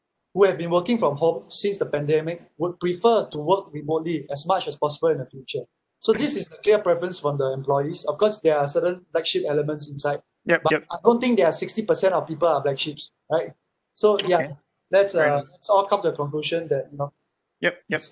who have been working from home since the pandemic would prefer to work remotely as much as possible in the future so this is the clear preference from the employees of course there are certain black sheep elements inside but I don't think there are sixty percent of people are black sheeps right so ya that's uh let's all come to a conclusion that you know